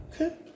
Okay